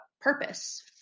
purpose